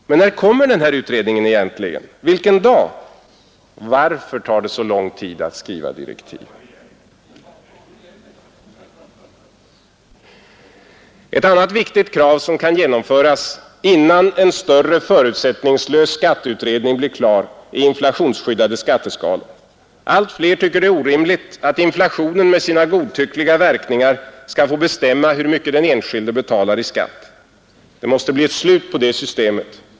Men när kommer den egentligen? Vilken dag? Varför tar det så lång tid att skriva direktiv? Ett annat viktigt krav som kan genomföras innan en större förutsättningslös skatteutredning blir klar, är inflationsskyddade skatteskalor. Allt fler tycker det är orimligt att inflationen med sina godtyckliga verkningar skall få bestämma hur mycket den enskilde betalar i skatt. Det måste bli ett slut på det systemet.